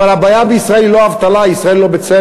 אבל הבעיה בישראל היא לא אבטלה, ישראל לא בצנע.